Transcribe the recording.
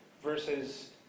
versus